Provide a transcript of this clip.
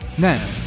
Now